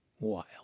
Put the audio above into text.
wild